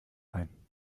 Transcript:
ein